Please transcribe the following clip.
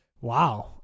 wow